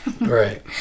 Right